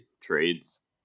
trades